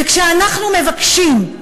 וכשאנחנו מבקשים,